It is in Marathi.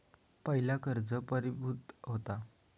पयला कर्ज प्रतिभुती असता